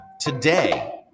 Today